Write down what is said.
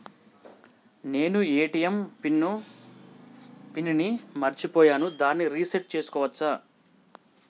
నేను ATM PIN ని మరచిపోయాను దాన్ని రీ సెట్ చేసుకోవచ్చా?